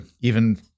even-